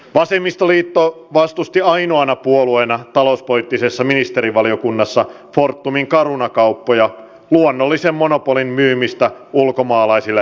vasemmistoliitto vastusti ainoana puolueena talouspoliittisessa ministerivaliokunnassa fortumin caruna kauppoja luonnollisen monopolin myymistä ulkomaalaisille pääomasijoittajille